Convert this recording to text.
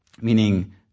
Meaning